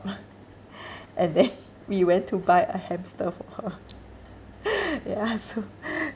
and then we went to buy a hamster for her ya so